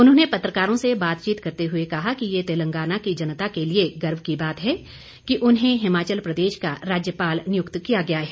उन्होंने पत्रकारों से बातचीत करते हुए कहा कि ये तेलंगाना की जनता के लिए गर्व की बात है कि उन्हें हिमाचल प्रदेश का राज्यपाल नियुक्त किया गया है